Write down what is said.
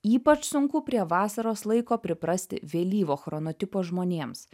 ypač sunku prie vasaros laiko priprasti vėlyvo chronotipo žmonėms